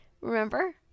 Remember